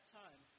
time